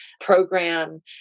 program